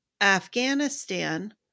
Afghanistan